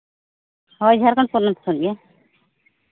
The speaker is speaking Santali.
ᱦᱳᱭ ᱡᱷᱟᱲᱠᱷᱚᱸᱰ ᱯᱚᱱᱚᱛ ᱠᱷᱚᱱᱜᱮ